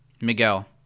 Miguel